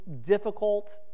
difficult